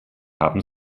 haben